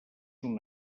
una